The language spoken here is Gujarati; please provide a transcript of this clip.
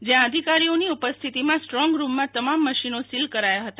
જ્યાં અધિકારીઓની ઉપસ્થિતિમાં સ્ટ્રોંગ રૂમમાં તમામ મશીનો સીલ કરાયા હતા